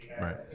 Right